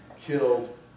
killed